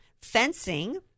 fencing